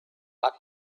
but